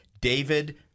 David